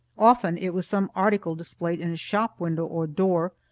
often it was some article displayed in a shop window or door,